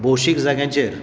भौशीक जाग्यांचेर